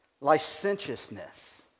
licentiousness